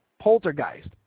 Poltergeist